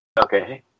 Okay